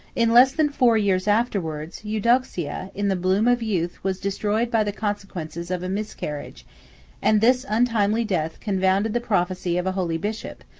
in less than four years afterwards, eudoxia, in the bloom of youth, was destroyed by the consequences of a miscarriage and this untimely death confounded the prophecy of a holy bishop,